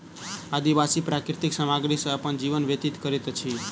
आदिवासी प्राकृतिक सामग्री सॅ अपन जीवन व्यतीत करैत अछि